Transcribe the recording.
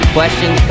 Questions